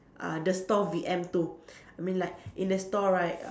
uh the store V_M too I mean like in the store right